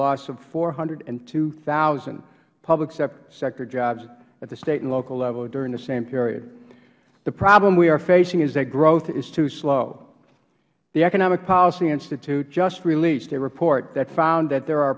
loss of four hundred and two thousand public sector jobs at the state and local level during the same period the problem we are facing is growth is too slow the economic policy institute just released a report that found there are